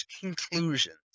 conclusions